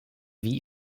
wie